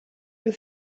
you